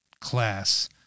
class